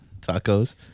Tacos